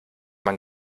man